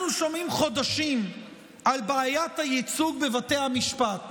אנחנו שומעים חודשים על בעיית הייצוג בבית המשפט,